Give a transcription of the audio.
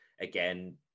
again